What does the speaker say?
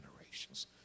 generations